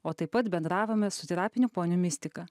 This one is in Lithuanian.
o taip pat bendravome su terapiniu poniu mistika